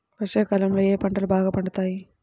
వర్షాకాలంలో ఏ పంటలు బాగా పండుతాయి?